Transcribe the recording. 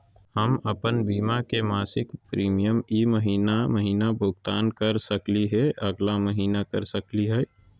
हम अप्पन बीमा के मासिक प्रीमियम ई महीना महिना भुगतान कर सकली हे, अगला महीना कर सकली हई?